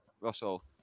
Russell